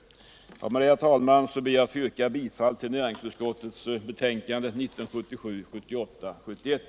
Med detta, herr talman, ber jag att få yrka bifall till näringsutskotets hemställan i dess betänkande nr 71.